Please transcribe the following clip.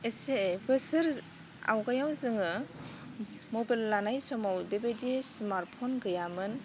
एसे बोसोर आवगायाव जोङो मबाइल लानाय समाव बेबायदि स्मार्ट फन गैयामोन